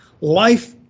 Life